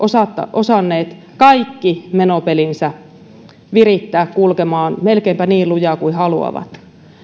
osanneet kaikki menopelinsä virittää kulkemaan melkeinpä niin lujaa kuin haluavat